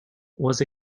was